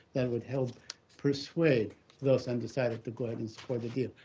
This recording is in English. that it would help persuade those undecided to go ahead and support the deal.